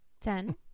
Ten